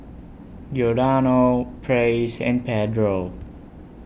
Giordano Praise and Pedro